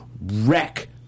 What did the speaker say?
wreck